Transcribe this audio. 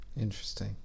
Interesting